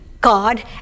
God